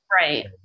right